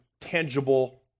tangible